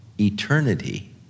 eternity